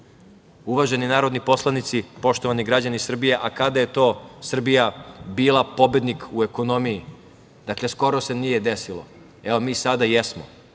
Evropi. Uvaženi narodni poslanici, poštovani građani Srbije, a kada je to Srbija bila pobednik u ekonomiji? Dakle, skoro se nije desilo. Mi sada jesmo.